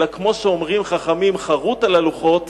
אלא כמו שאומרים חכמים: חרות על הלוחות,